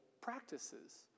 practices